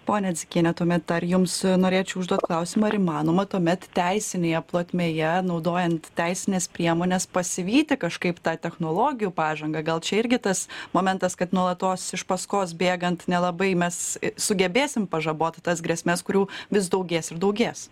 ponia dzikiene tuomet dar jums norėčiau užduot klausimą ar įmanoma tuomet teisinėje plotmėje naudojant teisines priemones pasivyti kažkaip tą technologijų pažangą gal čia irgi tas momentas kad nuolatos iš paskos bėgant nelabai mes sugebėsim pažaboti tas grėsmes kurių vis daugės ir daugės